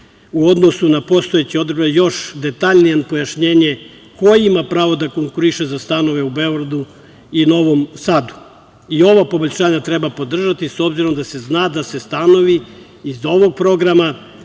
u odnosu na postojeće odredbe još detaljnije pojašnjenje ko ima pravo da konkuriše za stanove u Beogradu i Novom Sadu. I ova poboljšanja treba podržati, s obzirom da se zna da se stanovi iz ovog programa